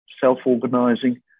self-organizing